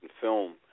film